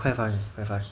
quite fast eh quite fast